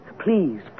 Please